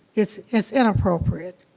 it's it's inappropriate.